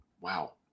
wow